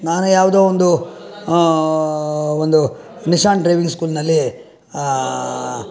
ನಾನು ಯಾವುದೋ ಒಂದು ಒಂದು ನಿಶಾನ್ ಡ್ರೈವಿಂಗ್ ಸ್ಕೂಲ್ನಲ್ಲಿ